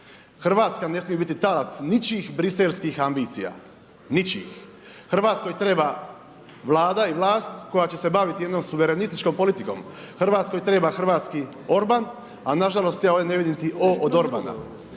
Hrvatska ne smije biti talac ničijih briselskih ambicija, ničijih. Hrvatskoj treba Vlada i vlast koja će se baviti jednom suverenističkom politikom. Hrvatskoj treba hrvatski Orban, a nažalost ja ovdje ne vidim niti O od Orbana.